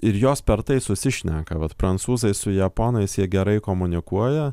ir jos per tai susišneka vat prancūzai su japonais jie gerai komunikuoja